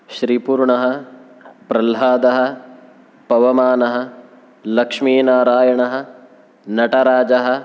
श्रीपूर्णः प्रह्लादः पवमानः लक्षीनारायणः नटराजः